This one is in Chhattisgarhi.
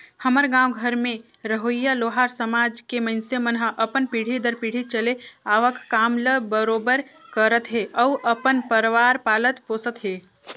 हमर गाँव घर में रहोइया लोहार समाज के मइनसे मन ह अपन पीढ़ी दर पीढ़ी चले आवक काम ल बरोबर करत हे अउ अपन परवार पालत पोसत हे